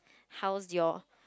how is your